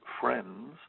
friends